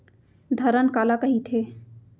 धरण काला कहिथे?